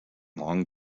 long